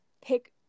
pick